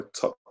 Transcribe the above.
top